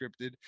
scripted